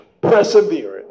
perseverance